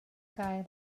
gael